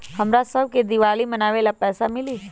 हमरा शव के दिवाली मनावेला पैसा मिली?